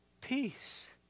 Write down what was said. peace